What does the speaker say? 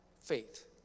faith